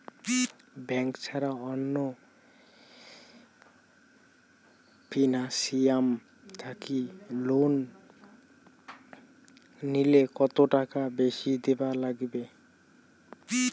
Bank ছাড়া অন্য financial থাকি লোন নিলে কতটাকা বেশি দিবার নাগে?